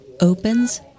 opens